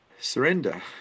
Surrender